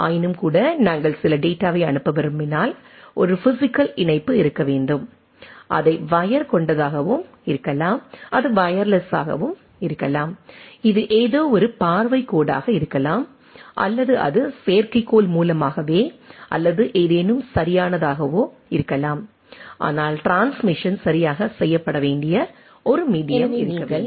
ஆயினும்கூட நாங்கள் சில டேட்டாவை அனுப்ப விரும்பினால் ஒரு பிஸிக்கல் இணைப்பு இருக்க வேண்டும் அதை வயர் கொண்டதாகவும் இருக்கலாம் அது வயர்லெஸ் ஆகவும் இருக்கலாம் இது ஏதோவொரு பார்வைக் கோடாக இருக்கலாம் அல்லது அது செயற்கைக்கோள் மூலமாகவோ அல்லது ஏதேனும் சரியானதாகவோ இருக்கலாம் ஆனால் ட்ரான்ஸ்மிசன் சரியாக செய்யப்பட வேண்டிய ஒரு மீடியம் இருக்க வேண்டும்